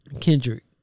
Kendrick